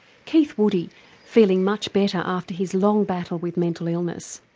keith woody feeling much better after his long battle with mental illness.